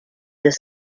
deux